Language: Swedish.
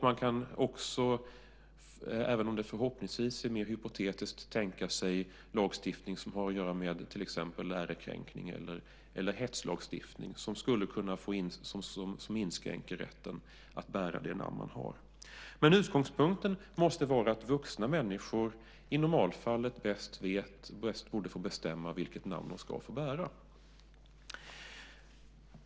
Man kan, även om det förhoppningsvis är mer hypotetiskt, tänka sig lagstiftning som har att göra med ärekränkning eller hetslagstiftning som skulle kunna inskränka rätten att bära det namn man har. Utgångspunkten måste vara att vuxna människor i normalfallet bäst vet och borde få bestämma vilket namn de ska få bära.